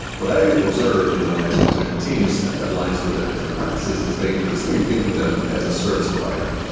what i observed you know when i talk to different teams and aligns with their different practices is they increasingly think of them as a service provider.